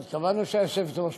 אז קבענו שהיושבת-ראש תחתום,